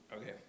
Okay